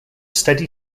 steady